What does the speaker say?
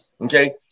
okay